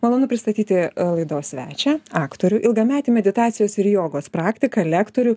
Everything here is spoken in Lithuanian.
malonu pristatyti laidos svečią aktorių ilgametį meditacijos ir jogos praktiką lektorių